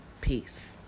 peace